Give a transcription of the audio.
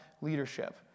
leadership